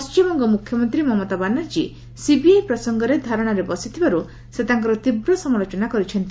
ପଣ୍ଢିମବଙ୍ଗ ମୁଖ୍ୟମନ୍ତ୍ରୀ ମମତା ବାନାର୍ଜୀ ସିବିଆଇ ପ୍ରସଙ୍ଗରେ ଧାରଣାରେ ବସିଥିବାରୁ ସେ ତାଙ୍କର ତୀବ୍ର ସମାଲୋଚନା କରିଛନ୍ତି